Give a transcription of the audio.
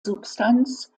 substanz